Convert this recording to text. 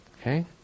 Okay